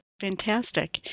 Fantastic